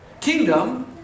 kingdom